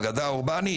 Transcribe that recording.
אגדה אורבנית,